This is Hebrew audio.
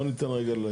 בוא ניתן רגע.